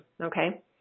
okay